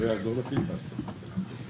לפי פרסומים במשרדים